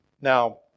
now